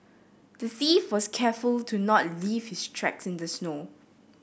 the thief was careful to not leave his tracks in the snow